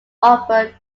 offered